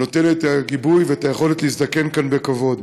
נותנת את הגיבוי ואת היכולת להזדקן כאן בכבוד.